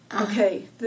okay